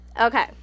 Okay